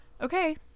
okay